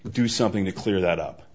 do something to clear that